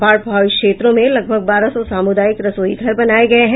बाढ़ प्रभावित क्षेत्रों में लगभग बारह सौ सामुदायिक रसोई घर बनाये गये हैं